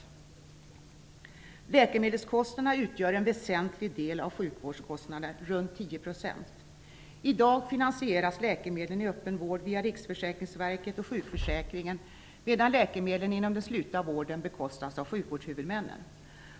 Läkemedelskostnaderna utgör en väsentlig del av sjukvårdskostnaderna, ca 10 %. I dag finansieras läkemedlen i öppenvården via Riksförsäkringsverket och sjukförsäkringen, medan läkemedlen inom den slutna vården bekostas av sjukvårdshuvudmännen.